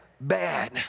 bad